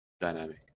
dynamic